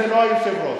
נכון.